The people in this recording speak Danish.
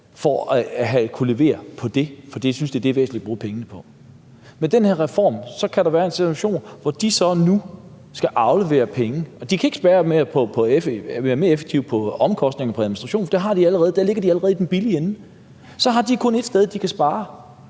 for at kunne levere på det, fordi de synes, at det er væsentligt at bruge pengene på det. Med den her reform kan der være en situation, hvor de så skal aflevere penge. De kan ikke være mere effektive på omkostninger på administration, for de ligger jo allerede i den billige ende. Så har de kun et sted, de kan spare,